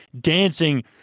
dancing